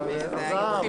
לא אושרה.